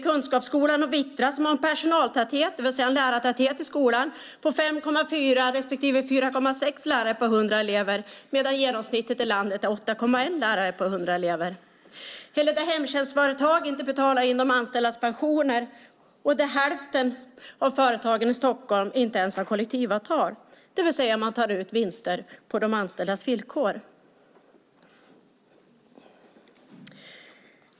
Kunskapsskolan och Vittra har en personaltäthet, det vill säga lärartäthet, i skolan på 5,4 respektive 4,6 lärare per 100 elever, medan genomsnittet i landet är 8,1 lärare på 100 elever. Det finns hemtjänstföretag som inte betalar in de anställdas pensioner, och hälften av företagen i Stockholm har inte ens kollektivavtal, det vill säga att man tar ut vinster på de anställdas villkor.